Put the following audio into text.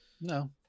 No